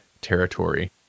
territory